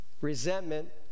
Resentment